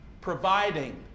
providing